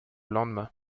lendemain